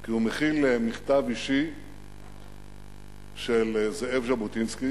כי הוא מכיל מכתב אישי של זאב ז'בוטינסקי